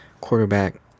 quarterback